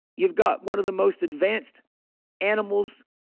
you've got one of the most advanced animals